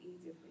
easier